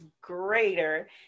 greater